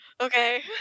okay